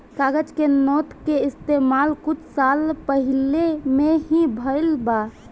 कागज के नोट के इस्तमाल कुछ साल पहिले में ही भईल बा